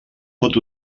pot